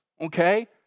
Okay